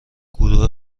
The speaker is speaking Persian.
گروه